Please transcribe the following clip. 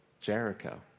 Jericho